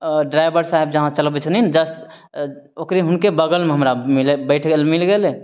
driver साहेब जहाँ चलबय छथिन जस्ट ओकरे हुनके बगलमे हमरा बैठय लए मिल गेलय